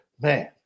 Man